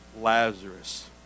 Lazarus